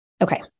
Okay